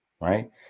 right